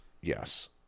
yes